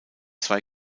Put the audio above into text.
zwei